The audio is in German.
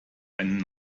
einen